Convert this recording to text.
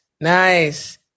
nice